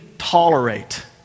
tolerate